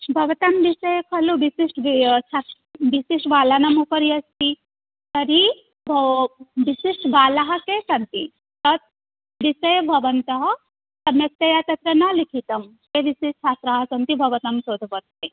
भवतां विषयः खलु बिसिस्ट् व्यवस्था विशिष्टबालानाम् उपरि अस्ति तर्हि भव विशिष्टबालाः के सन्ति तत् विषयः भवन्तः सम्यक्तया न तत्र न लिखितं के विशिष्टच्छात्राः सन्ति भवतां शोधपत्रे